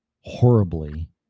horribly